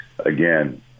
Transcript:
again